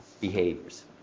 behaviors